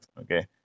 Okay